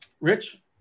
Rich